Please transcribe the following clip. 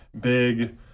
big